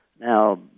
Now